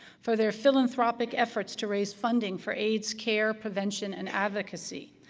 for their philanthropic efforts to raise funding for aids care, prevention, and advocacy,